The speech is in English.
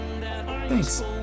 Thanks